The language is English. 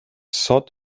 sought